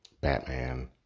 batman